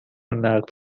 نقد